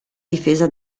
difesa